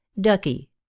Ducky